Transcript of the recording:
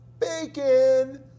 bacon